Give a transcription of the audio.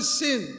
sin